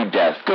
death